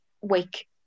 week